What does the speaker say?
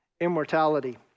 immortality